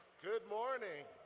good morning.